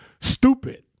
stupid